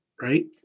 right